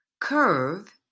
Curve